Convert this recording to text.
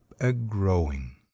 a-growing